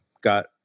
got